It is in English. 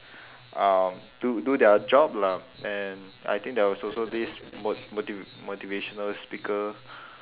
um do do their job lah and I think there was also this mo~ motiva~ motivational speaker